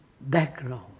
background